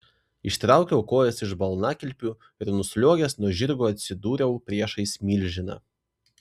ištraukiau kojas iš balnakilpių ir nusliuogęs nuo žirgo atsidūriau priešais milžiną